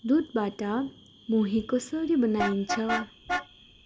दुधबाट मही कसरी बनाइन्छ